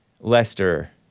Lester